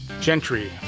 Gentry